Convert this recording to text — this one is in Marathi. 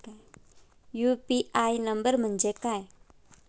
यु.पी.आय नंबर म्हणजे काय?